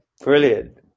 brilliant